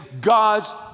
God's